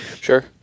Sure